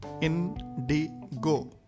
Indigo